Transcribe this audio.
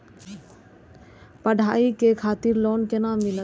पढ़ाई करे खातिर लोन केना मिलत?